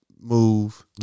move